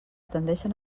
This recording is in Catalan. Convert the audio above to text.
tendeixen